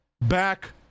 back